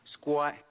Squat